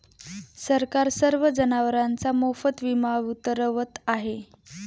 सरकार सर्व जनावरांचा मोफत विमा उतरवत आहे